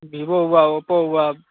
Vivo हुआ Oppo हुआ